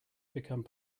become